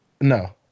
No